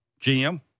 GM